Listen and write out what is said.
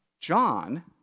John